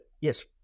yes